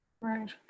Right